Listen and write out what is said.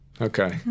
Okay